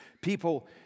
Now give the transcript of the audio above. people